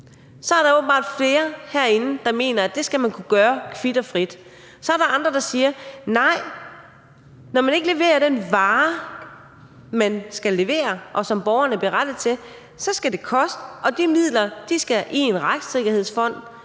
så er der åbenbart flere herinde, der mener, at den skal kunne gøre det og kvit og frit. Så er der andre, der siger: Nej, når man ikke leverer den vare, man skal levere, og som borgeren er berettiget til, så skal det koste, og de midler skal i en retssikkerhedsfond.